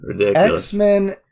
x-men